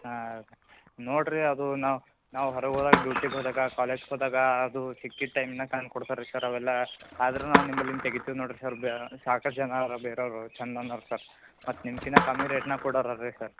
ಹಾಂ ನೋಡಿರಿ ಅದು ನಾವು ನಾವು ಹೊರಗೆ ಹೋದಾಗ ಡ್ಯೂಟಿಗೆ ಹೋದಾಗ ಕಾಲೇಜ್ಗೆ ಹೋದಾಗ ಅದು ಸಿಕ್ಕಿದ ಟೈಮ್ನಾಗೆ ತಂದು ಕೊಡ್ತಾರೆ ರೀ ಸರ್ ಅವೆಲ್ಲ ಆದರೂ ನಾವು ನಿಮ್ಮಲ್ಲಿಂದ ತೆಗಿತೀವಿ ನೋಡಿರಿ ಸರ್ ಬೇ ಸಾಕಷ್ಟು ಜನ ಅವ್ರ ಬೇರೆ ಅವರು ಚಂದನ್ ಅವ್ರು ಸರ್ ಮತ್ತು ನಿಮ್ಕಿಂತ ಕಮ್ಮಿ ರೇಟ್ನಾಗೆ ಕೊಡೋರು ಅವ್ರಿ ಸರ್